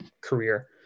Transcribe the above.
career